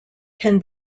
can